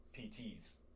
PTs